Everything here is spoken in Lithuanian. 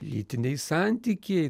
lytiniai santykiai